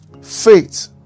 Faith